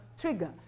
trigger